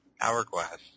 hourglass